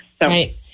Right